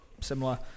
similar